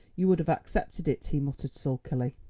you would have accepted it, he muttered sulkily.